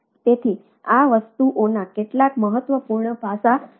તેથી આ વસ્તુઓના કેટલાક મહત્વપૂર્ણ પાસાં છે